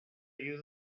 you